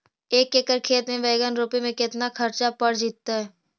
एक एकड़ खेत में बैंगन रोपे में केतना ख़र्चा पड़ जितै?